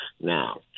Now